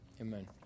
Amen